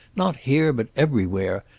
not here, but everywhere.